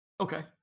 Okay